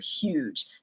huge